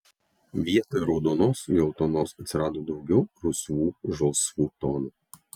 vietoj raudonos geltonos atsirado daugiau rusvų žalsvų tonų